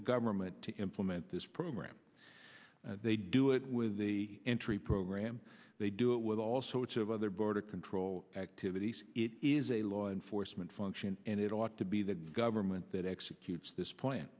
government to implement this program they do it with the entry program they do it with all sorts of other border control activities it is a law enforcement function and it ought to be the government that executes this plan